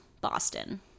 Boston